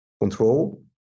control